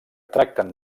tracten